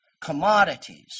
commodities